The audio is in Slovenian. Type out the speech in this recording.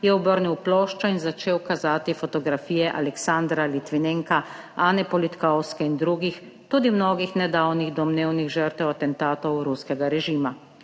je obrnil ploščo in začel kazati fotografije Aleksandra Litvinenka, Ane Politkovske in drugih, tudi mnogih nedavnih domnevnih žrtev atentatov ruskega režima.